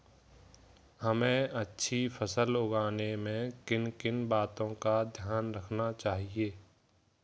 हमें अच्छी फसल उगाने में किन किन बातों का ध्यान रखना चाहिए?